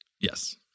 Yes